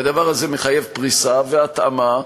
והדבר הזה מחייב פריסה והתאמה,